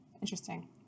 Interesting